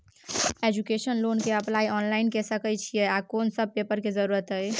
Education loan के apply online के सके छिए आ कोन सब पेपर के जरूरत इ?